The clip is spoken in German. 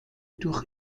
durch